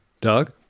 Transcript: Doug